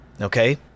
okay